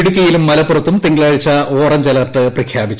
ഇടുക്കിയിലും മലപ്പുറത്തും തിങ്കളാഴ്ച ഓറഞ്ച് അലർട്ട് പ്രഖ്യാപിച്ചു